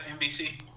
NBC